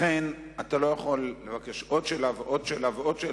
לכן, אתה לא יכול לבקש עוד ועוד שאלות.